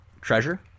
treasure